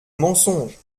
mensonge